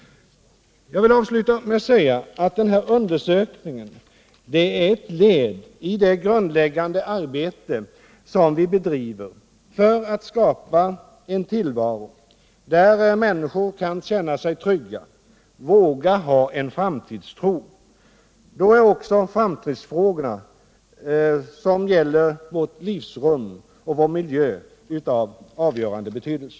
Avslutningsvis vill jag säga att undersökningen är ett led i det grundläggande arbete vi bedriver för att skapa en tillvaro, där människor kan känna sig trygga och vågar ha en framtidstro. Då är också framtidsfrågorna, som gäller vårt livsrum och vår miljö, av avgörande betydelse.